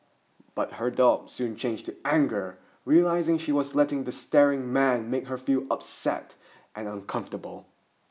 but her doubt soon changed to anger realising she was letting the staring man make her feel upset and uncomfortable